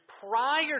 prior